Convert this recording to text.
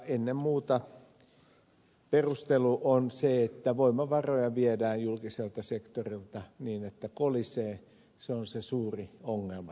ennen muuta perustelu on se että voimavaroja viedään julkiselta sektorilta niin että kolisee se on se suuri ongelma tässä